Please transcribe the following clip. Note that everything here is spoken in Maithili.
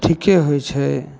ठीके होइ छै